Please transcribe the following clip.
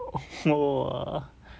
oh !wah!